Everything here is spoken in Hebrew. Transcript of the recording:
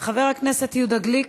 חבר הכנסת יהודה גליק,